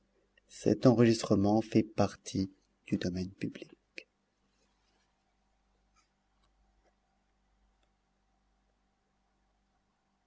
suis partie du